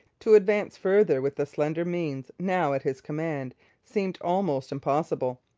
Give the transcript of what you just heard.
to advance farther with the slender means now at his command seemed almost impossible.